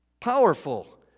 powerful